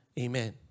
Amen